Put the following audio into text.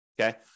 okay